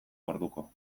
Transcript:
orduko